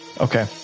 Okay